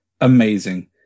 amazing